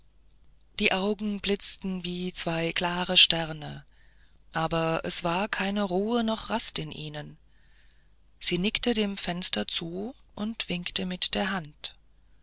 die augen blitzten wie zwei klare sterne aber es war keine ruhe noch rast in ihnen sie nickte dem fenster zu und winkte mit der hand